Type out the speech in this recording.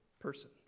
person